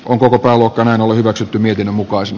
onko paluuta hän ole hyväksytty miten muka as